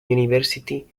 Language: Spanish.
university